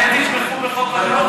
אני מציע שתתמכו בחוק הלאום